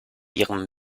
ihrem